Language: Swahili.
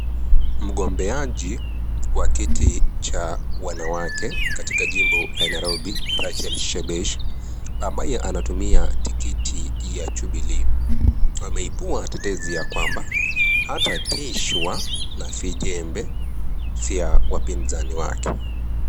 Mgombeaji wa kiti cha wanawake katika jimbo la Nairobi, Rachel Shebesh, ambaye anatumia tiketi ya jubilee, ameibua teteza ya kwamba hatatishwa na vijembe vya wapinzani wake.